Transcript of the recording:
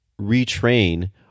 retrain